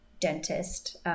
dentist